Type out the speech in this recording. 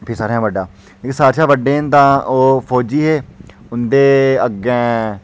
सारें तां बड्डा हा ओह् फौजी हे